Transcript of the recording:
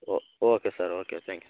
O okay sir okay thank you